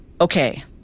Okay